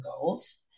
goals